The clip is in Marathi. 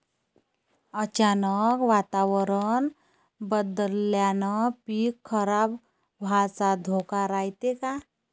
अचानक वातावरण बदलल्यानं पीक खराब व्हाचा धोका रायते का?